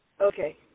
Okay